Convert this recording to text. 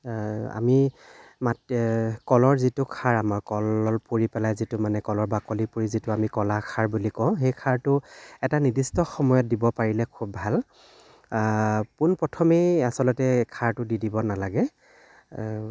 আমি মাটি কলৰ যিটো খাৰ আমাৰ কল পুৰি পেলাই যিটো মানে কলৰ বাকলি পুৰি যিটো আমি কলাখাৰ বুলি কওঁ সেই খাৰটো এটা নিৰ্দিষ্ট সময়ত দিব পাৰিলে খুব ভাল পোন প্ৰথমেই আচলতে খাৰটো দি দিব নালাগে